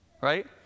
Right